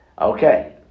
Okay